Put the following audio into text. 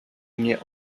nie